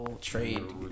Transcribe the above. trade